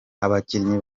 abakinnyi